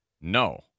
no